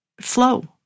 flow